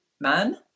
man